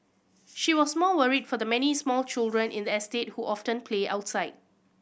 she was more worried for the many small children in the estate who often play outside